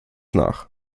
nach